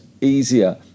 easier